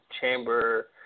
Chamber